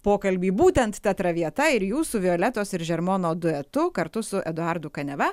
pokalbį būtent ta traviata ir jūsų violetos ir žermono duetu kartu su eduardu kaniava